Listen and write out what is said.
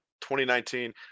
2019